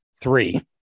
three